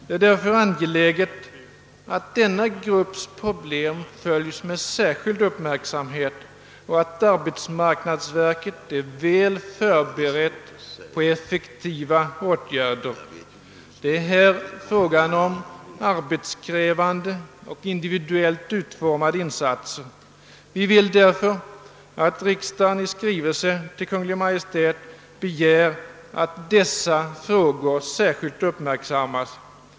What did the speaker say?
Det är därför angeläget att denna grupps problem följs med särskild uppmärksamhet och att arbetsmarknadsstyrelsen är väl förberedd att vidta effektiva åtgärder. Det gäller här arbetskrävande och individuellt utformade insatser. Vi vill därför att riksdagen i skrivelse till Kungl. Maj:t begär att dessa frågor särskilt uppmärksammas.